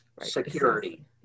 security